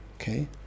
Okay